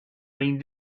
been